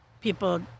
people